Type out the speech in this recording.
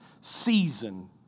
season